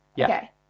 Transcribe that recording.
Okay